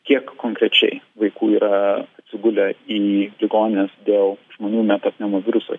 kiek konkrečiai vaikų yra atsigulę į ligonines dėl žmonių metapneumoviruso